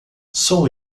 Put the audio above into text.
sou